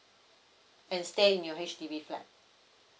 and stay in your H_D_B flat